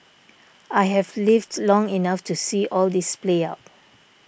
I have lived long enough to see all this play out